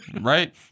Right